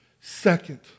Second